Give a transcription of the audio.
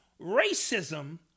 racism